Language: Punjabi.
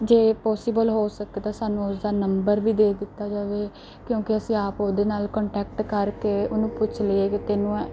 ਜੇ ਪੋਸੀਬਲ ਹੋ ਸਕੇ ਤਾਂ ਸਾਨੂੰ ਉਸ ਦਾ ਨੰਬਰ ਵੀ ਦੇ ਦਿੱਤਾ ਜਾਵੇ ਕਿਉਂਕਿ ਅਸੀਂ ਆਪ ਉਹਦੇ ਨਾਲ ਕੋਂਟੈਕਟ ਕਰਕੇ ਉਹਨੂੰ ਪੁੱਛ ਲਈਏ ਕਿ ਤੈਨੂੰ ਐਂ